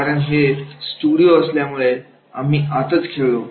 कारण हे स्टुडिओ असल्यामुळे आम्ही आतच खेळलो